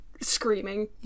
screaming